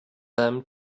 them